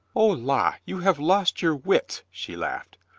o, la, you have lost your wits, she laughed.